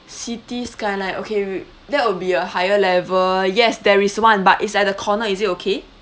city skyline okay that will be a higher level yes there is one but it's at the corner is it okay